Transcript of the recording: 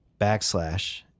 backslash